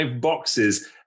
boxes